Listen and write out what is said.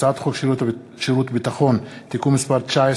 הצעת חוק שירות ביטחון (תיקון מס' 19),